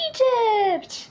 Egypt